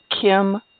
Kim